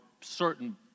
certain